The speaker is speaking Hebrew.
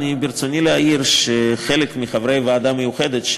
ברצוני להעיר שחלק מחברי הוועדה המיוחדת,